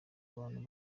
abantu